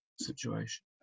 situation